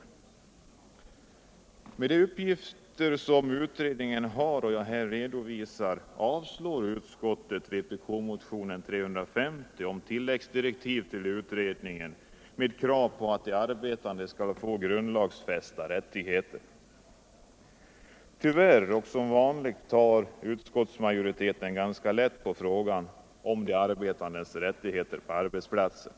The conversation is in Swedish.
Med hänsyn till de av mig redovisade uppgifter som utredningen har så avstyrker utskottet vpk-motionen 350 om tilläggsdirektiv till utredningen med krav på att de arbetande skall få grundlagsfästa rättigheter. Tyvärr och som vanligt tar utskottsmajoriteten ganska lätt på frågan om de arbetandes rättigheter på arbetsplatsen.